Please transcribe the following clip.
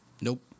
nope